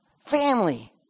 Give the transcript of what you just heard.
family